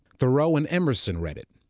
thoreau and emerson read it.